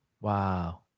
Wow